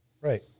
Right